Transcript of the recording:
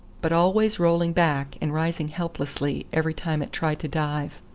but always rolling back, and rising helplessly every time it tried to dive.